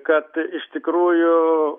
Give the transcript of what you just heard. kad iš tikrųjų